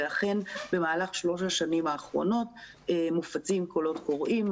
ואכן במהלך שלוש השנים האחרונות מופצים קולות קוראים,